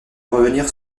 revenir